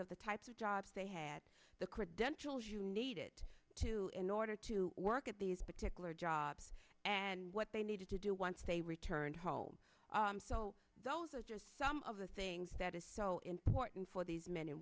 of the types of jobs they had the credentials you needed to in order to work at these particular jobs and what they needed to do once they returned home so some of the things that is so important for these men and